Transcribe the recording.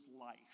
life